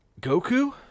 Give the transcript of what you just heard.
Goku